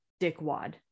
dickwad